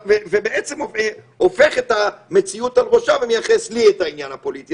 ובעצם הופך את המציאות על ראשה ומייחס לי את העניין הפוליטי.